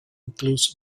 includes